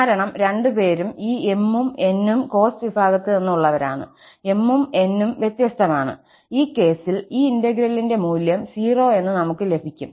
കാരണം രണ്ടുപേരും ഈ m ഉം n ഉം കോസ് വിഭാഗത്തിൽ നിന്നുള്ളവരാണ്m ഉം n ഉം വ്യത്യസ്തമാണ് ഈ കേസിൽ ഈ ഇന്റെഗ്രേലിന്റെ മൂല്യം 0 എന്ന നമുക്ക് ലഭിക്കും